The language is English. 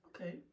Okay